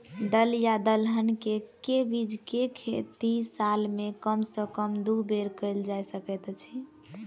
दल या दलहन केँ के बीज केँ खेती साल मे कम सँ कम दु बेर कैल जाय सकैत अछि?